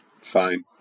fine